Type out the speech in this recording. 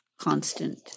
constant